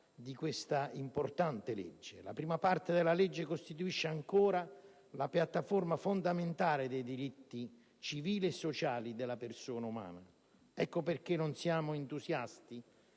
di questa importante legge. La prima parte della legge costituisce ancora la piattaforma fondamentale dei diritti civili e sociali della persona umana. Per questo non siamo entusiasti